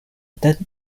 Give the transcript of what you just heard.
date